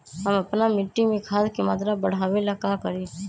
हम अपना मिट्टी में खाद के मात्रा बढ़ा वे ला का करी?